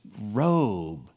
robe